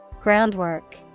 Groundwork